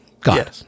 God